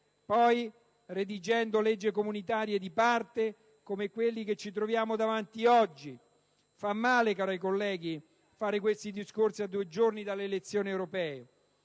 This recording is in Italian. poi redigendo leggi comunitarie di parte, come quella al nostro esame. Fa male, cari colleghi, fare questi discorsi a due giorni dalle elezioni europee.